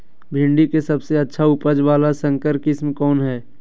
भिंडी के सबसे अच्छा उपज वाला संकर किस्म कौन है?